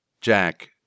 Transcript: Jack